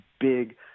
big